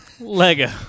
Lego